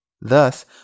Thus